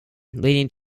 leading